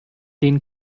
den